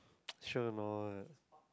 sure or not